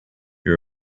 your